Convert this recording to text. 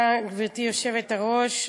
גברתי היושבת-ראש,